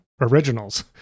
originals